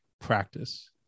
practice